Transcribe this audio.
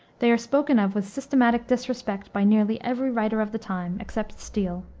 they are spoken of with systematic disrespect by nearly every writer of the time, except steele.